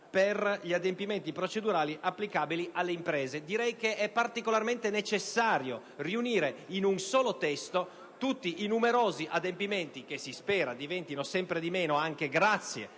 per gli adempimenti procedurali applicabili alle imprese. È particolarmente necessario riunire in un solo testo tutti i numerosi adempimenti, che si spera diventino sempre meno anche grazie